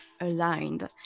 aligned